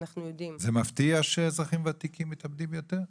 אנחנו יודעים --- זה מפתיע שאזרחים וותיקים מתאבדים יותר?